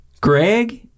Greg